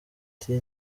ati